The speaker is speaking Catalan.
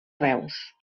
reus